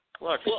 Look